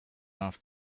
off